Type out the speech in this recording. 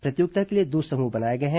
प्रतियोगिता के लिए दो समूह बनाए गए हैं